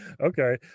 Okay